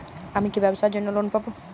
আমি কি ব্যবসার জন্য লোন পাব?